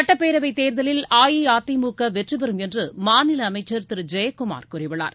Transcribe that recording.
சுட்டப்பேரவை தேர்தலில் அஇஅதிமுக வெற்றி பெறும் என்று மாநில அமைச்சர் திரு ஜெயக்குமார் கூறியுள்ளார்